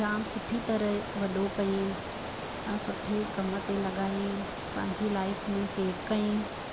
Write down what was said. जाम सुठी तरह वॾो कईं सुठे कमु ते लॻायईं पंहिंजी लाइफ में सेट कईंसि